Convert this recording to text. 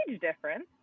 difference